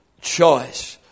choice